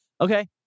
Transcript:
Okay